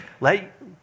Let